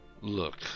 Look